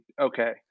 okay